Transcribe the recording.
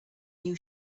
new